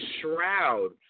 shroud